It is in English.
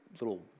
little